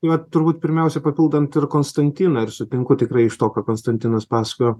tai vat turbūt pirmiausia papildant ir konstantiną ir sutinku tikrai iš to ką konstantinas pasakojo